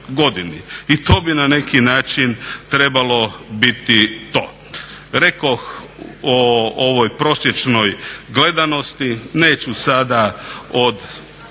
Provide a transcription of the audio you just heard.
I to bi na neki način trebalo biti to. Rekoh o ovoj prosječnoj gledanosti, neću sada od